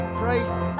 Christ